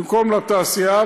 במקום לתעשייה,